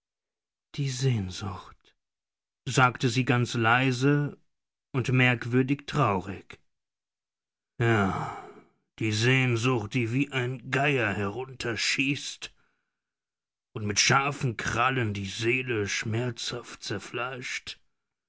die sehnsucht sagte sie ganz leise und merkwürdig traurig ja die sehnsucht die wie ein geier herunterschießt und mit scharfen krallen die seele schmerzhaft zerfleischt